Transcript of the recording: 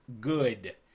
good